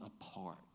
apart